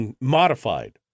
modified